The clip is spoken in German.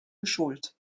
geschult